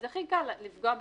אז הכי קל לפגוע בחקלאים.